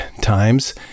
times